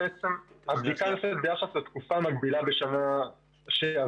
הבדיקה נעשית ביחס לתקופה המקבילה בשנה שעברה.